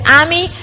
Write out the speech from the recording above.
army